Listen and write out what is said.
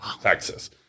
Texas